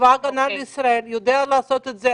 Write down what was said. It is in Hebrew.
צבא הגנה לישראל יודע לעשות את זה,